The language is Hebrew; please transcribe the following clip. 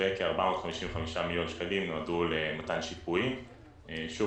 שאמור לתת שיפוי נוסף